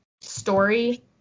story